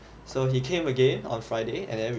so he came again on friday and then we